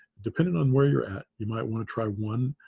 depending on where you're at, you might want to try one,